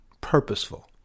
purposeful